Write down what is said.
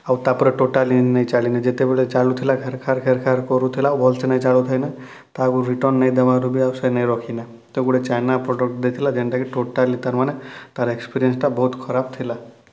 ଆଉ ଆଉ ତା'ର୍ପରେ ଟୋଟାଲି ନେଇ ଚାଲିନି ଯେତେବେଲେ ଚାଲୁଥିଲା ଖେର୍ ଖେର୍ ଖେର୍ ଖେର୍ କରୁଥିଲା ଭଲ୍ ସେ ନେଇ ଚାଲୁଥି ତାକୁ ରିଟର୍ନ ନେଇ ଦେବାରୁ ବି ସେ ନେଇ ରଖି ନା ତ ସେ ଗୁଟେ ଚାଇନା ପ୍ରଡ଼କ୍ଟ୍ ଦେଇଥିଲା ଯେନ୍ତା କି ଟୋଟାଲି ତା'ର୍ ମାନେ ତା'ର୍ ଏକ୍ସପେରିଏନ୍ସ ଟା ବହୁତ୍ ଖରାପ୍ ଥିଲା